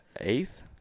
eighth